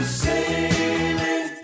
sailing